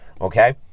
okay